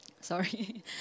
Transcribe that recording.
Sorry